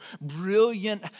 brilliant